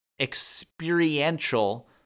experiential